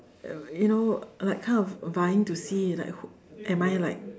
Uh you know like kind of vying to see it like who am I like